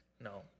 No